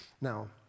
Now